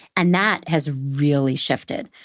and that has really shifted.